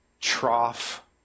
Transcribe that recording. trough